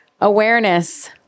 Awareness